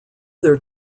their